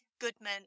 Goodman